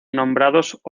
nombrados